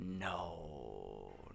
no